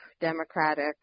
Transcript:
democratic